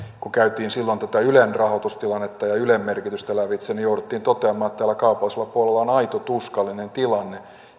kun käytiin silloin tätä ylen rahoitustilannetta ja ylen merkitystä lävitse jouduttiin toteamaan että tällä kaupallisella puolella on on aito tuskallinen tilanne